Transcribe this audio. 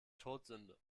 todsünde